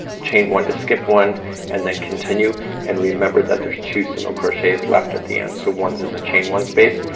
chain one to skip one and then continue and remember that there's two single crochets left at the end. so one's in the chain one space,